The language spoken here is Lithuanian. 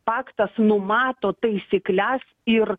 paktas numato taisykles ir